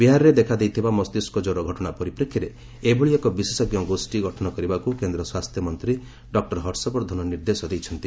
ବିହାରରେ ଦେଖା ଦେଇଥିବା ମସ୍ତିଷ୍କ ଜ୍ୱର ଘଟଣା ପରିପ୍ରେକ୍ଷୀରେ ଏଭଳି ଏକ ବିଶେଷଜ୍ଞ ଗୋଷ୍ଠୀ ଗଠନ କରିବାକୁ କେନ୍ଦ୍ର ସ୍ୱାସ୍ଥ୍ୟ ମନ୍ତ୍ରୀ ଡକ୍କର ହର୍ଷ ବର୍ଦ୍ଧନ ନିର୍ଦ୍ଦେଶ ଦେଇଛନ୍ତି